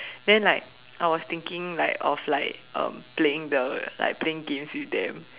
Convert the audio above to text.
then like I was thinking like of like um playing the like playing games with them